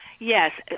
Yes